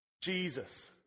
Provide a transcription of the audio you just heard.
Jesus